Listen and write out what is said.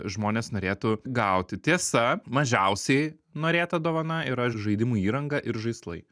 žmonės norėtų gauti tiesa mažiausiai norėta dovana yra žaidimų įranga ir žaislai